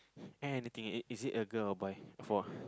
anything is is it a girl or boy for